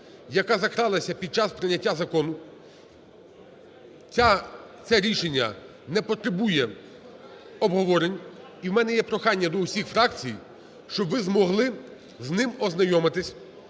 яка закралася під час прийняття закону. Це рішення не потребує обговорень. І у мене є прохання до всіх фракцій, щоб ви змогли з ним ознайомитись,